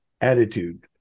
attitude